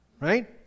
right